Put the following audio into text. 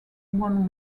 won